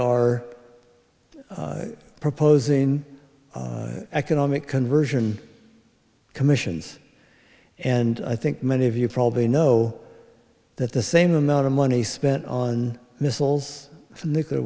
are proposing economic conversion commissions and i think many of you probably know that the same amount of money spent on missiles from nuclear